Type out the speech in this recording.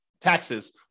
taxes